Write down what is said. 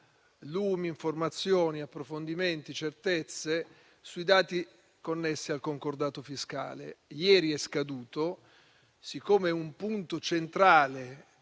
lumi, informazioni, approfondimenti, certezze sui dati connessi al concordato fiscale, che ieri è scaduto. Siccome è un punto centrale